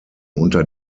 unter